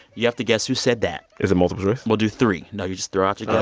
you have to guess who said that is it multiple choice? we'll do three. no, you just throw out your guesses.